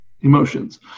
emotions